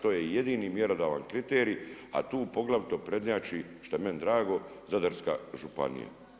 To je jedini mjerodavan kriterij, a tu poglavito prednjači što je meni drago Zadarska županija.